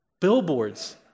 billboards